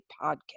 podcast